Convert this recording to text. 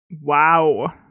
Wow